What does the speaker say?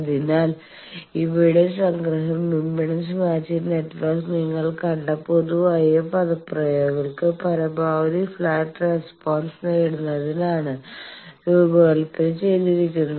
അതിനാൽ ഇവയുടെ സംഗ്രഹം ഇംപെഡൻസ് മാച്ചിംഗ് നെറ്റ്വർക്ക് നിങ്ങൾ കണ്ട പൊതുവായ പദപ്രയോഗങ്ങൾക്ക് പരമാവധി ഫ്ലാറ്റ് റെസ്പോൺസ് നേടുന്നതിനാണ് രൂപകൽപ്പന ചെയ്തിരിക്കുന്നത്